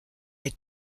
les